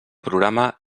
programa